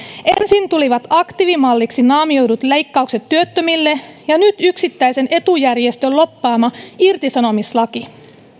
ensin tulivat aktiivimalliksi naamioidut leikkaukset työttömille ja nyt yksittäisen etujärjestön lobbaama irtisanomislaki